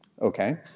Okay